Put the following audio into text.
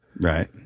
right